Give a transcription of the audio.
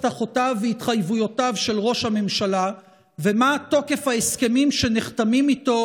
הבטחותיו והתחייבויותיו של ראש הממשלה ומה תוקף ההסכמים שנחתמים איתו,